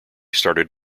started